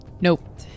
Nope